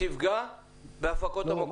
תפגע בהפקות מקור.